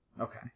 Okay